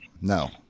No